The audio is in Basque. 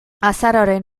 azaroaren